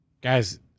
Guys